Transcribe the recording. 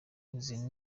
izi